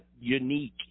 unique